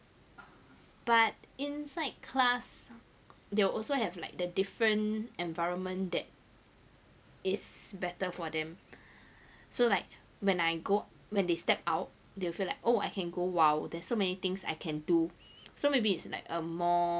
but inside class they'll also have like the different environment that is better for them so like when I go when they stepped out they'll feel like oh I can go !wow! there's so many things I can do so maybe it's like a more